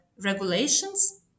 regulations